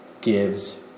gives